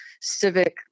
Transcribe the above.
civic